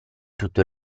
tutto